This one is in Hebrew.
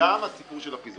וגם הסיפור של הפיזור.